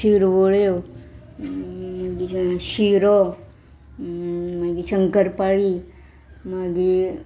शिरवळ्यो मागीर शिरो मागीर शंकरपाळी मागी